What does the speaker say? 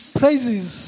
praises